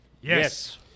Yes